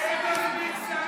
אין מספיק שרים.